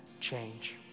change